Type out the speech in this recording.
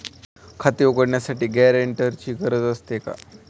खाते उघडण्यासाठी गॅरेंटरची गरज असते का?